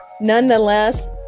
Nonetheless